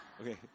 Okay